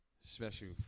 special